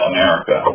America